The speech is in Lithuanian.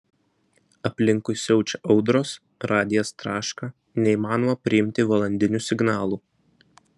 aplinkui siaučia audros radijas traška neįmanoma priimti valandinių signalų